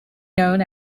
known